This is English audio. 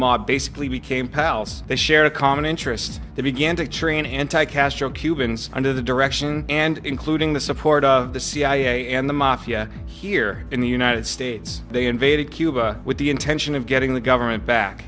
mob basically became pals they share a common interest they began to train anti castro cubans under the direction and including the support of the cia and the mafia here in the united states they invaded cuba with the intention of getting the government back